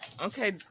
Okay